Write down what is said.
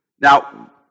Now